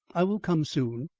i will come soon.